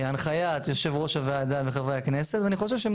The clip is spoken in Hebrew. בהנחיית יושב ראש הוועדה וחברי הכנסת ואני חושב שהם